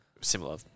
similar